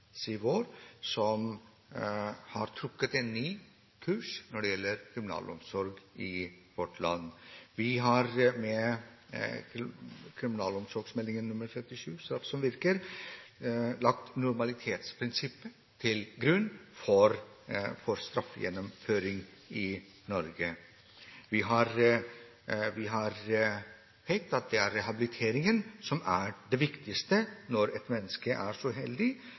har trukket opp en ny kurs når det gjelder kriminalomsorgen i vårt land. Vi har med kriminalomsorgsmeldingen – St.meld. nr. 37 for 2007–2008 Straff som virker – lagt normalitetsprinsippet til grunn for straffegjennomføring i Norge. Vi har påpekt at det er rehabiliteringen som er det viktigste når et menneske er så uheldig